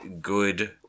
good